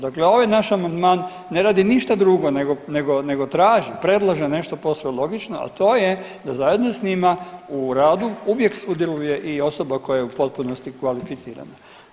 Dakle, ovaj naš amandman ne radi ništa drugo nego, nego traži, predlaže nešto posve logično, a to je da zajedno s njima u radu uvijek sudjeluje i osoba koja je u potpunosti kvalificirana.